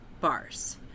bars